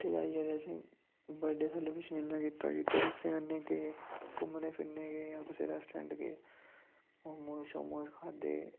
ते उत्थें आई असें बडे सैलीव्रेशन इयां गै कीता दोस्तें कन्नै गे घूमने फिरने गी जां कुसै रैस्ट्रोरेंट गे मोमो शोमोस खाद्धे